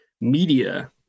media